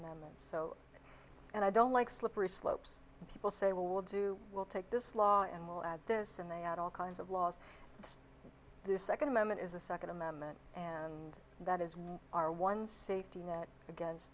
amendment so and i don't like slippery slopes people say well we'll do we'll take this law and will at this and they had all kinds of laws it's this second amendment is the second amendment and that is our one safety net against